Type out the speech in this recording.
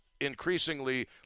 increasingly